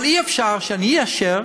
אבל אי-אפשר שאני אאשר